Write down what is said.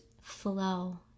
flow